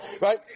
right